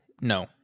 No